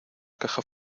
caja